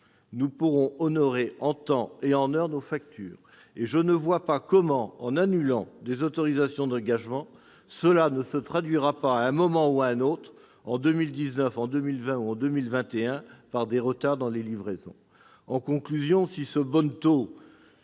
nous pourrons honorer en temps et heure nos factures. De la même façon, je ne vois pas comment l'annulation d'autorisations d'engagement ne se traduira pas à un moment ou à un autre, en 2019, 2020 ou 2021, par des retards dans les livraisons. En conclusion, si ce bonneteau